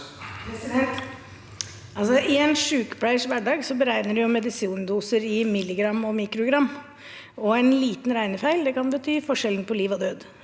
I en sykepleiers hverdag beregner man medisindoser i milligram og mikrogram. En liten regnefeil kan bety forskjell på liv og død,